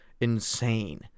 insane